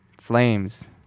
Flames